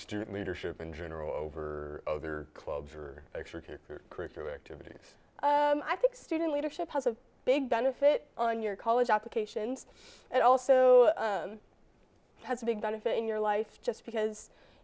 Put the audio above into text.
student leader ship in general over their clubs or actually curricular activities i think student leadership has a big benefit on your college applications and also has a big benefit in your life just because